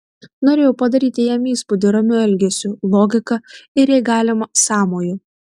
norėjau padaryti jam įspūdį ramiu elgesiu logika ir jei galima sąmoju